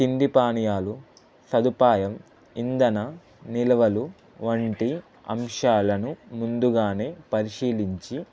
తిండి పానీయాలు సదుపాయం ఇంధన నిలువలు వంటి అంశాలను ముందుగానే పరిశీలించి